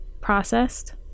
processed